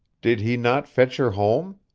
did he not fetch her home?